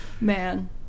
man